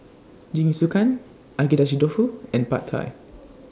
Jingisukan Agedashi Dofu and Pad Thai